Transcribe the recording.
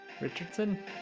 Richardson